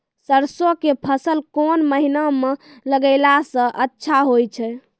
सरसों के फसल कोन महिना म लगैला सऽ अच्छा होय छै?